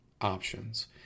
options